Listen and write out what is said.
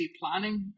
planning